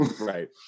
Right